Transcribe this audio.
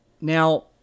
Now